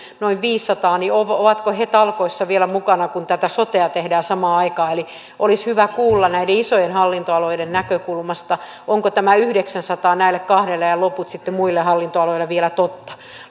noin viisisataa niin ovatko he talkoissa vielä mukana kun tätä sotea tehdään samaan aikaan eli olisi hyvä kuulla näiden isojen hallintoalojen näkökulmasta onko tämä yhdeksällesadalle näille kahdelle ja ja loput sitten muille hallintoaloille vielä totta